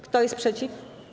Kto jest przeciw?